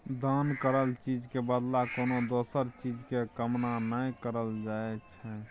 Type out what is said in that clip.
दान करल चीज के बदला कोनो दोसर चीज के कामना नइ करल जाइ छइ